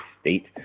state